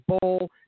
Bowl